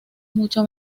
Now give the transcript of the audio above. mucho